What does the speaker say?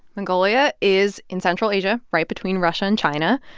mongolia is in central asia right between russia and china.